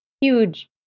huge